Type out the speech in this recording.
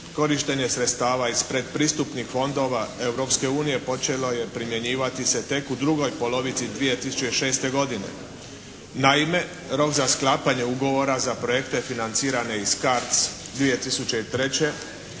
korištenje sredstava iz predpristupnih fondova Europske unije počelo je primjenjivati se tek u drugoj polovici 2006. godine. Naime, rok za sklapanje ugovora za projekte financirane iz CARDS 2003.